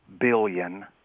billion